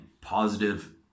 positive